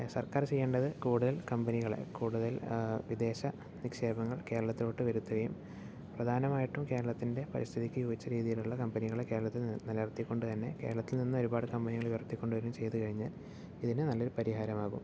സർക്കാർ ചെയ്യേണ്ടത് കൂടുതൽ കമ്പനികളെ കൂടുതൽ വിദേശ നിക്ഷേപങ്ങൾ കേരളത്തിലോട്ട് വരുത്തുകയും പ്രധാനമായിട്ടും കേരളത്തിൻ്റെ പരിസ്ഥിതിക്ക് യോജിച്ച രീതിയിലുള്ള കമ്പനികളെ കേരളത്തിൽ ന് നിലനിർത്തിക്കൊണ്ട് തന്നെ കേരളത്തിൽ നിന്ന് ഒരുപാട് കമ്പനികൾ ഉയർത്തികൊണ്ട് വരികയും ചെയ്ത് കഴിഞ്ഞാൽ ഇതിന് നല്ലൊരു പരിഹാരമാകും